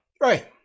Right